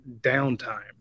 downtime